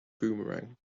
boomerang